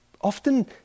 often